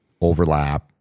overlap